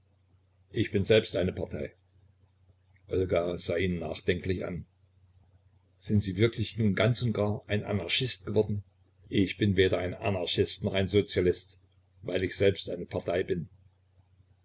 ich bin selbst eine partei olga sah ihn nachdenklich an sind sie wirklich nun ganz und gar ein anarchist geworden ich bin weder ein anarchist noch ein sozialist weil ich selbst eine partei bin